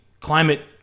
climate